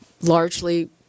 largely